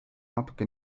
natuke